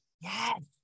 Yes